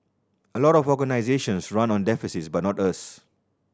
a lot of organisations run on deficits but not us